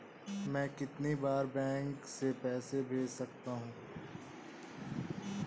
मैं कितनी बार बैंक से पैसे भेज सकता हूँ?